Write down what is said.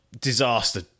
disaster